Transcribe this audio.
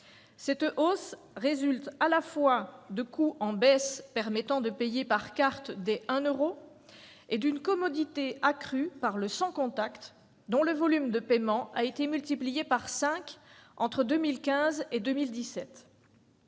Cette hausse résulte à la fois de coûts en baisse, permettant de payer par carte dès 1 euro, et d'une commodité accrue par le « sans contact », pour lequel le volume de paiements a été multiplié par cinq entre 2015 et 2017.